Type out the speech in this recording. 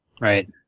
Right